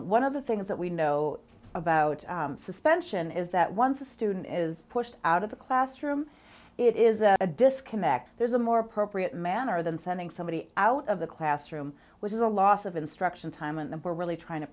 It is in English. of the things that we know about suspension is that once a student is pushed out of the classroom it is a disconnect there's a more appropriate manner than sending somebody out of the classroom which is a loss of instruction time and we're really trying to